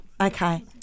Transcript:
Okay